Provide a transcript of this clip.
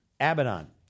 Abaddon